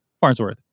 Farnsworth